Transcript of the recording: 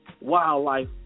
wildlife